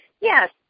Yes